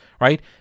right